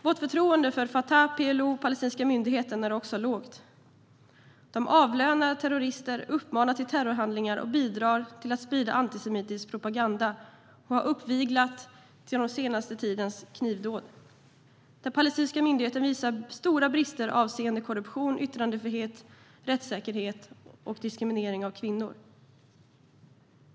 Vårt förtroende för Fatah, PLO och den palestinska myndigheten är också lågt. De avlönar terrorister, uppmanar till terrorhandlingar och bidrar till att sprida antisemitisk propaganda. De har uppviglat till den senaste tidens knivdåd. Den palestinska myndigheten visar stora brister avseende korruption, yttrandefrihet, rättssäkerhet och diskriminering av kvinnor.